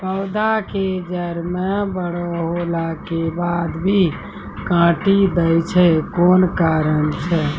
पौधा के जड़ म बड़ो होला के बाद भी काटी दै छै कोन कारण छै?